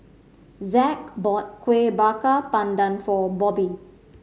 Zack bought Kuih Bakar Pandan for Bobbi